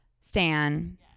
Stan